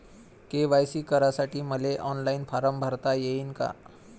KYC करासाठी मले online form भरता येईन का?